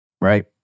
right